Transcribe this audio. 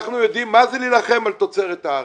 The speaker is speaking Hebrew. אנחנו יודעים מה זה להילחם על תוצרת הארץ.